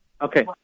Okay